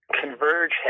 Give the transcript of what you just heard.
Converge